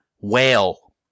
whale